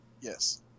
Yes